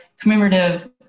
commemorative